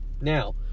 Now